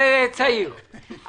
זה צעיר.